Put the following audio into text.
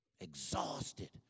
Exhausted